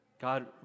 God